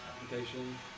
application